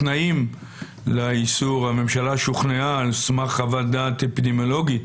התנאים לאיסור: הממשלה שוכנעה על סמך חוות דעת אפידמיולוגית